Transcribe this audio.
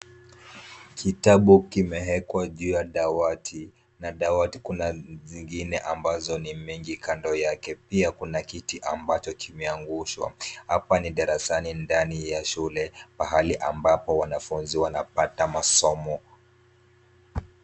Kitabu kimewekwa juu ya dawati. Na dawati kuna zingine ambazo ni mengi kando yake, pia kuna kiti ambacho kimeangushwa. Hapa ni darasani ndani ya shule, pahali amabapo wnafunzi wanapata masomo.